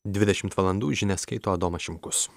dvidešimt valandų žinias skaito domas šimkus